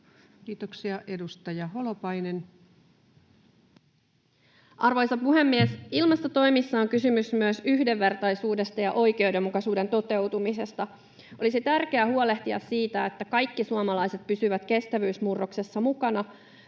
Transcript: Kiitoksia. — Edustaja Holopainen. Arvoisa puhemies! Ilmastotoimissa on kysymys myös yhdenvertaisuudesta ja oikeudenmukaisuuden toteutumisesta. Olisi tärkeää huolehtia siitä, että kaikki suomalaiset pysyvät kestävyysmurroksessa mukana.